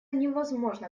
невозможно